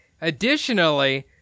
Additionally